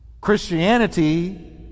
Christianity